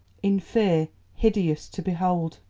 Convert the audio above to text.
in fear hideous to behold.